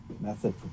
method